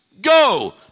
Go